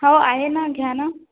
हो आहे ना घ्या ना